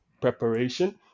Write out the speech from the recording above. preparation